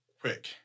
quick